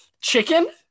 Chicken